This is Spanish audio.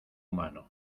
humano